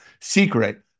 secret